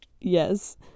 yes